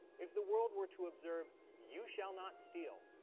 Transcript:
if the world were to observe you shall not steal,